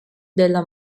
della